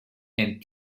and